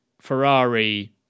Ferrari